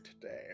today